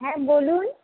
হ্যাঁ বলুন